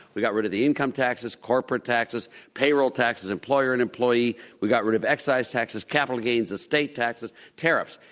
we got rid of the income taxes, corporate taxes, payroll taxes, employer and employee we got rid of excise taxes, capital gains, estate taxes, tariffs.